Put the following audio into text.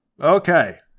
Okay